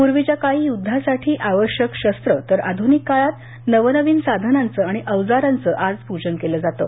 पूर्वीच्या काळी युद्धासाठी आवश्यक शस्त्र तर अध्रनिक काळात नवनवीन साधनांचं अवजारांचं आज पूजन केलं जातं